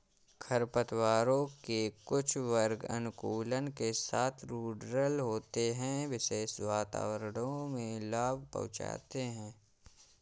खरपतवारों के कुछ वर्ग अनुकूलन के साथ रूडरल होते है, विशेष वातावरणों में लाभ पहुंचाते हैं